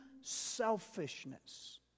selfishness